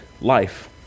life